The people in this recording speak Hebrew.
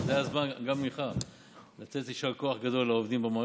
זה הזמן גם ממך לתת יישר כוח גדול לעובדים במערכת,